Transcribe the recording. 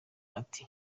ati